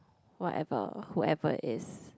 whatever whoever is